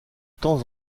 temps